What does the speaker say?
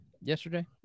yesterday